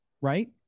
right